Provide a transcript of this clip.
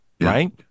right